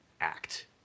act